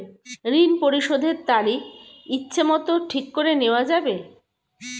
ঋণ পরিশোধের তারিখ ইচ্ছামত ঠিক করে নেওয়া যাবে?